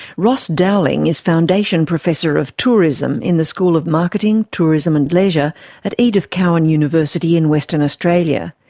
ross dowling is foundation professor of tourism in the school of marketing, tourism and leisure at edith cowan university in western australia.